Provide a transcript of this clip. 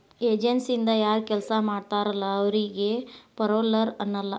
ಏಜನ್ಸಿಯಿಂದ ಯಾರ್ ಕೆಲ್ಸ ಮಾಡ್ತಾರಲ ಅವರಿಗಿ ಪೆರೋಲ್ಲರ್ ಅನ್ನಲ್ಲ